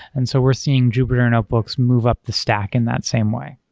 and so we're seeing jupyter notebooks move up the stack in that same way.